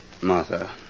Martha